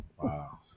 Wow